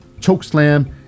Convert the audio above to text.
Chokeslam